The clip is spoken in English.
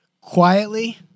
Quietly